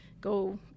go